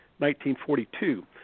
1942